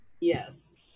yes